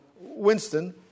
Winston